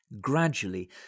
gradually